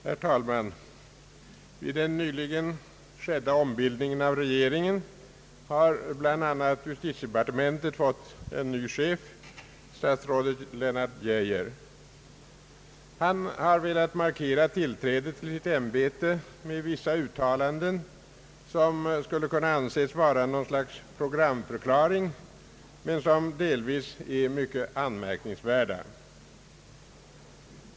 Herr talman! Vid den nyligen skedda ombildningen av regeringen har bl.a. justitiedepartementet fått en ny chef, statsrådet Lennart Geijer. Han har velat markera tillträdet till sitt ämbete med vissa uttalanden, som skulle kunna anses vara något slags programförklaring, men som delvis är mycket anmärkningsvärda.